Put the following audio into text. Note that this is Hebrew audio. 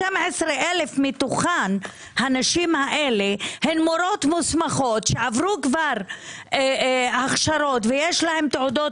12,000 מתוך הנשים הללו הן מורות מוסמכות שעברו הכשרות ויש להן תעודות